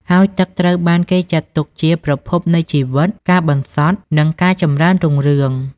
ហើយទឹកត្រូវបានគេចាត់ទុកជា ប្រភពនៃជីវិត ការបន្សុទ្ធ និងការចម្រើនរុងរឿង។